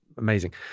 amazing